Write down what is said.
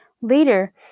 later